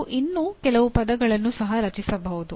ನೀವು ಇನ್ನೂ ಕೆಲವು ಪದಗಳನ್ನು ಸಹ ರಚಿಸಬಹುದು